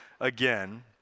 again